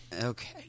Okay